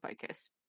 focus